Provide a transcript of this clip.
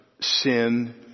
sin